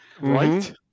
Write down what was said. Right